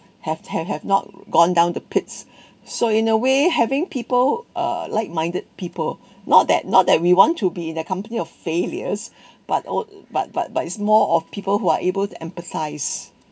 have have have not gone down the pits so in a way having people uh light minded people not that not that we want to be in the company of failures but all but but but it's more of people who are able to empathise